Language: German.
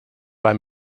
einem